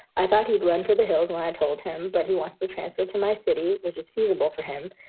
i thought he'd run for the hills when i told him. but he wants to transfer to my city, which is feasible for him,